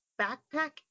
backpack